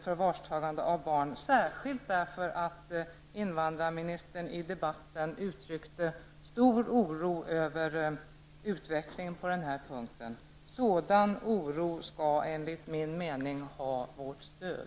förvarstagande av barn, särskilt därför att invandrarministern i debatten uttryckte stor oro över utvecklingen på den punkten. Sådan oro skall enligt min mening ha vårt stöd.